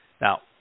Now